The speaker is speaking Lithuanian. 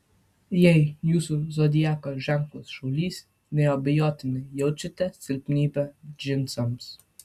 jei jūsų zodiako ženklas šaulys neabejotinai jaučiate silpnybę džinsams